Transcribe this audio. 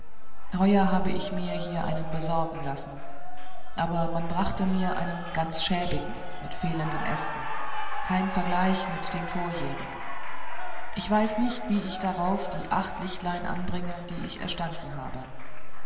heuer habe ich mir hier einen besorgen lassen aber man brachte mir einen ganz schäbigen mit fehlenden ästen kein vergleich mit dem vorjährigen ich weiß nicht wie ich darauf die acht lichtlein anbringe die ich erstanden habe